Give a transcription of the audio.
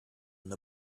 when